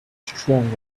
strong